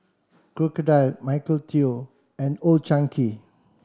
Crocodile Michael Trio and Old Chang Kee